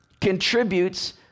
contributes